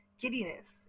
giddiness